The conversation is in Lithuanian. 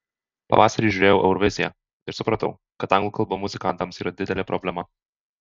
pavasarį žiūrėjau euroviziją ir supratau kad anglų kalba muzikantams yra didelė problema